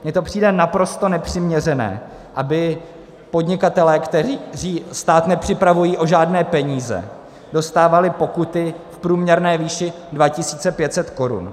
Mně to přijde naprosto nepřiměřené, aby podnikatelé, kteří stát nepřipravují o žádné peníze, dostávali pokuty v průměrné výši 2 500 korun.